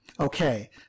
Okay